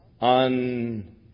on